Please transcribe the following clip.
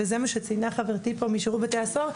וזה מה שציינה חברתי פה משירות בתי הסוהר,